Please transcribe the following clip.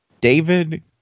David